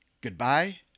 Goodbye